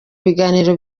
biganiro